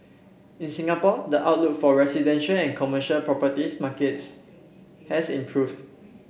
in Singapore the outlook for residential and commercial property markets has improved